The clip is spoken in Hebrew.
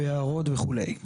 יערות וכו'.